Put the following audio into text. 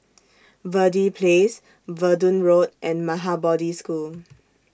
Verde Place Verdun Road and Maha Bodhi School